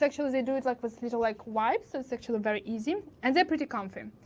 actually they do it's like this little like wipes, so it's actually very easy and they're pretty confirm.